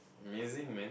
amazing man